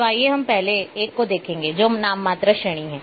तो आइए हम पहले एक को देखें जो नाममात्र श्रेणी है